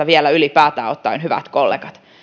vielä ylipäätään ottaen hyvät kollegat niin